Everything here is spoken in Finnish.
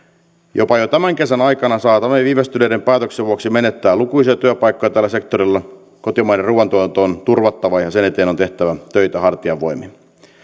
jopa jo tämän kesän aikana saatamme viivästyneiden päätösten vuoksi menettää lukuisia työpaikkoja tällä sektorilla kotimainen ruuantuotanto on turvattava ja sen eteen on tehtävä töitä hartiavoimin